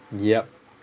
yup